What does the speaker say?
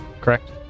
correct